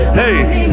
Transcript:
hey